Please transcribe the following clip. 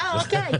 אה, אוקיי.